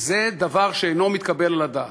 זה דבר שאינו מתקבל על הדעת.